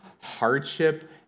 hardship